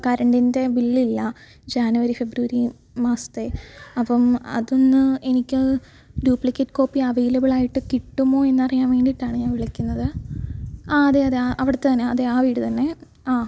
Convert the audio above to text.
കറന്റിൻ്റെ bill ഇല്ല ജനുവരി ഫെബ്രുവരി മാസത്തെ അപ്പം അതൊന്ന് എനിക്ക് ഡ്യൂപ്ലിക്കേറ്റ് കോപ്പി അവൈലബിൾ ആയിട്ട് കിട്ടുമോ എന്ന് അറിയാൻ വേണ്ടിയിട്ടാണ് ഞാൻ വിളിക്കുന്നത് ആ അതെ അതെ അവിടുത്തെ തന്നെ ആ വീടു തന്നെ ആ